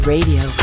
Radio